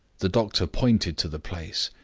the doctor pointed to the place.